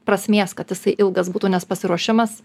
prasmės kad jisai ilgas būtų nes pasiruošimas